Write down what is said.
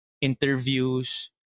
interviews